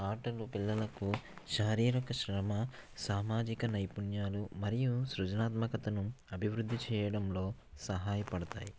ఆటలు పిల్లలకు శారీరిక శ్రమ సామాజిక నైపుణ్యాలు మరియు సృజనాత్మకతను అభివృద్ధి చేయడంలో సహాయపడుతాయి